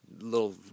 little